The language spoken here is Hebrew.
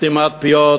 סתימת פיות,